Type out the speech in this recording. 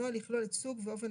הנוהל יכלול את סוג ואופן